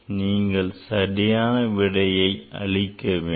நீங்கள் சரியான விடையை அளிக்க வேண்டும்